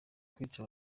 kwica